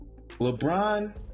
LeBron